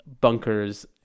bunkers